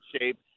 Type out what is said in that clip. shape